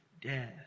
death